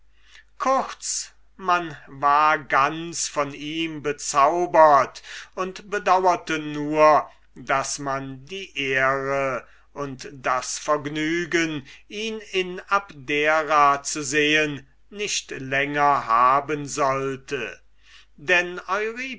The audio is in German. kurz man war ganz von ihm bezaubert und bedauerte nur daß man die ehre und das vergnügen ihn in abdera zu sehen nicht länger haben sollte denn